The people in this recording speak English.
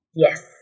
Yes